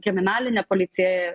kriminalinė policija